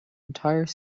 entire